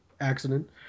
accident